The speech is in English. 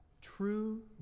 true